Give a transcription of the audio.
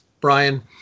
Brian